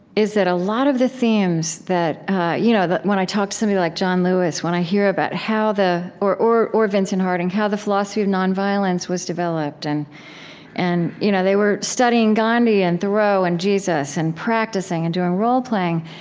is that a lot of the themes that you know when i talk to somebody like john lewis, when i hear about how the or or vincent harding how the philosophy of nonviolence was developed, and and you know they were studying gandhi and thoreau and jesus, and practicing and doing role-playing.